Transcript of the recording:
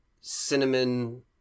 cinnamon